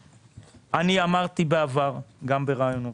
אמרתי בעבר גם בראיונות,